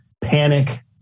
panic